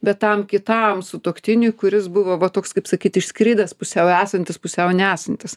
bet tam kitam sutuoktiniui kuris buvo va toks kaip sakyti išskridęs pusiau esantis pusiau nesantis